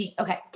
okay